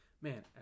man